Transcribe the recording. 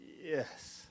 yes